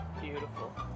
Beautiful